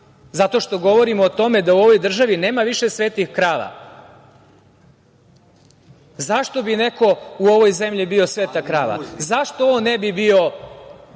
zato što govorimo o tome da u ovoj državi nema više svetih krava. Zašto bi neko u ovoj zemlji bio sveta krava? Zašto on ne bi bio